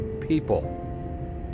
people